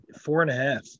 Four-and-a-half